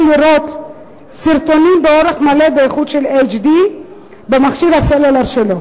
לראות סרטונים באורך מלא באיכות של HD במכשיר הסלולר שלו.